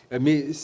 Mais